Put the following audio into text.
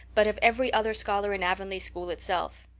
but of every other scholar in avonlea school itself.